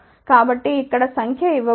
కాబట్టి ఇక్కడ సంఖ్య ఇవ్వబడింది